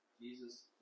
Jesus